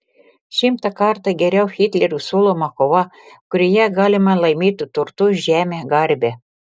šimtą kartų geriau hitlerio siūloma kova kurioje galima laimėti turtus žemę garbę